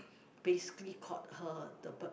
basically caught her the bird